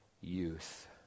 youth